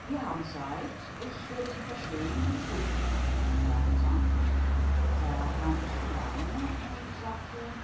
wir haben zeit ich werde sie verstehen und es liegt mir gab er zur antwort da kam ich in laune und sagte